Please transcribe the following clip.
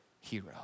hero